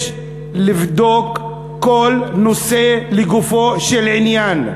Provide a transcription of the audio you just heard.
יש לבדוק כל נושא לגופו של עניין.